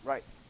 Right